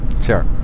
sure